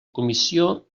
comissió